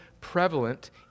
prevalent